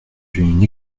d’une